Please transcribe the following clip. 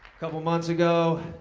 couple months ago,